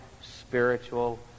spiritual